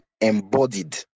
embodied